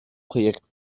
projekt